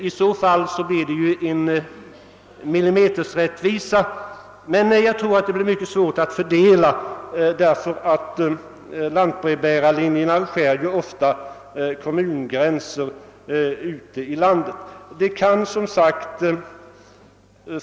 I så fall strävar man ju efter en millimeterrättvisa. Jag tror att en sådan uppdelning blir mycket svår att genomföra eftersom dessa lantbrevbärarlinjer ofta går över kommungränserna.